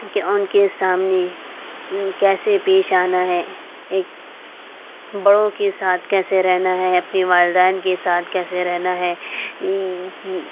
کہ ان کے سامنے کیسے پیش آنا ہے ایک بڑوں کے ساتھ کیسے رہنا ہے اپنے والدین کے ساتھ کیسے رہنا ہے ان کی